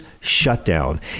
shutdown